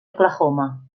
oklahoma